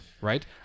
right